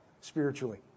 spiritually